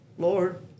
Lord